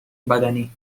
بدنی